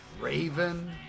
Raven